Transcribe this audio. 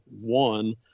one